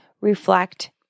reflect